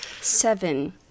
Seven